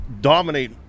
dominate